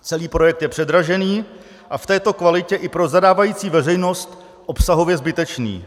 Celý projekt je předražený a v této kvalitě i pro zadávající veřejnost obsahově zbytečný.